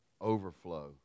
overflow